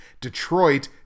Detroit